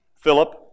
Philip